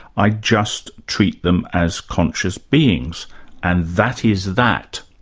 i just treat them as conscious beings and that is that.